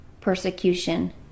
persecution